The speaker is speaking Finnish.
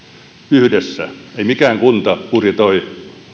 yhdessä ei mikään kunta budjetoi